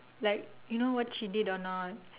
like you know what she did or not